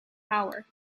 power